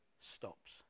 stops